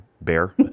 bear